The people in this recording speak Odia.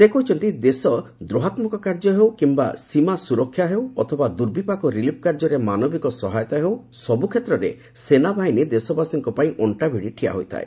ସେ କହିଛନ୍ତି ଦେଶ ଦ୍ରୋହାତ୍ମକ କାର୍ଯ୍ୟ ହେଉ କିମ୍ବା ସୀମା ସୁରକ୍ଷା ହେଉ ଅଥବା ଦୁର୍ବିପାକ ରିଲିଫ୍ କାର୍ଯ୍ୟରେ ମାନବିକ ସହାୟତା ହେଉ ସବୁ କ୍ଷେତ୍ରରେ ସେନାବାହିନୀ ଦେଶବାସୀଙ୍କ ପାଇଁ ଅକ୍ଷାଭିଡ଼ି ଠିଆ ହୋଇଥାଏ